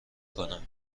کنم